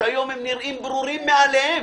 שהיום נראים ברורים מאליהם